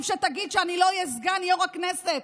שתגיד שאני לא אהיה סגן יו"ר הכנסת?